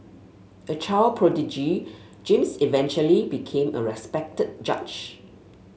a child prodigy James eventually became a respected judge